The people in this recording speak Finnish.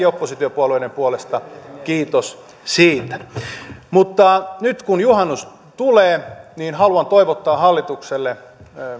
oppositiopuolueiden puolesta kiitos siitä mutta nyt kun juhannus tulee niin haluan toivottaa hallitukselle